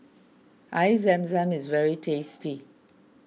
Air Zam Zam is very tasty